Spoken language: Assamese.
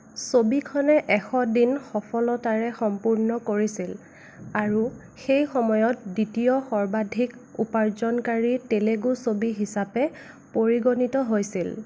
ছবিখনে এশ দিন সফলতাৰে সম্পূৰ্ণ কৰিছিল আৰু সেই সময়ত দ্বিতীয় সৰ্বাধিক উপাৰ্জনকাৰী তেলেগু ছবি হিচাপে পৰিগণিত হৈছিল